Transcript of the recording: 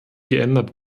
geändert